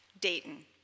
Dayton